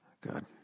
God